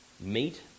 meet